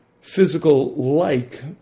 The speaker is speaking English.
physical-like